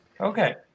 okay